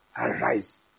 Arise